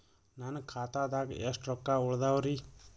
ನನ್ನ ಖಾತಾದಾಗ ಎಷ್ಟ ರೊಕ್ಕ ಉಳದಾವರಿ?